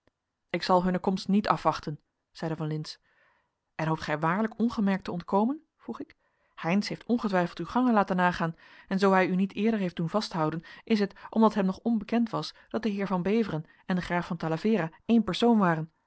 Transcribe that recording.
ik zal hunne komst niet afwachten zeide van lintz en hoopt gij waarlijk ongemerkt te ontkomen vroeg ik heynsz heeft ongetwijfeld uw gangen laten nagaan en zoo hij u niet eerder heeft doen vasthouden is het omdat hem nog onbekend was dat de heer van beveren en de graaf van talavera één persoon waren